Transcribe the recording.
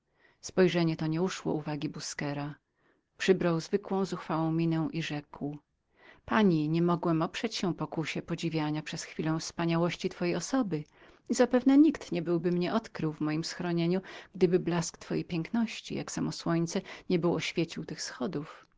spojrzenie to nie uszło uwagi busquera przybrał zwykłą zuchwałą postać i rzekł pani nie mogłem oprzeć się pokusie podziwiania przez chwilę wspaniałości twojej osoby i zapewne nikt nie byłby mnie odkrył w mojem schronieniu gdyby blask twojej piękności jak samo słońce nie był oświecił tych wschodów